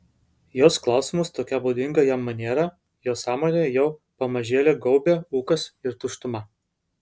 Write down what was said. jos klausimus tokia būdinga jam maniera jo sąmonę jau pamažėle gaubė ūkas ir tuštuma